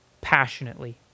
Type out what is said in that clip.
passionately